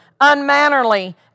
unmannerly